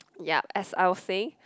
ya as I was saying